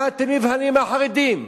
מה אתם נבהלים מהחרדים?